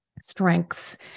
strengths